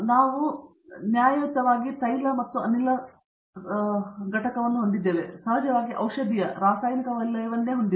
ನಾವು ನ್ಯಾಯಯುತವಾದ ಬಿಟ್ ಅನ್ನು ಹೊಂದಿದ್ದೇವೆ ತೈಲ ಮತ್ತು ಅನಿಲವು ಸಹಜವಾಗಿ ಔಷಧೀಯ ರಾಸಾಯನಿಕ ವಲಯವನ್ನು ಹೊಂದಿದೆ